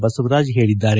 ಬಸವರಾಜ ಹೇಳಿದ್ದಾರೆ